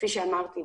כפי שאמרתי,